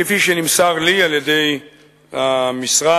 כפי שנמסר לי על-ידי המשרד,